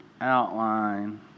outline